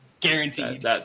Guaranteed